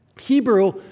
Hebrew